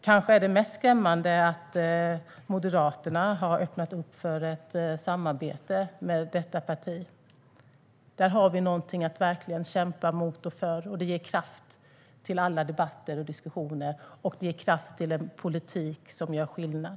Kanske är det mest skrämmande att Moderaterna har öppnat för ett samarbete med detta parti. Där har vi någonting att verkligen kämpa mot och för. Det ger kraft till alla debatter och diskussioner, och det ger kraft till en politik som gör skillnad.